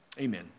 Amen